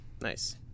Nice